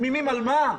על מה?